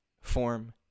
form